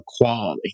quality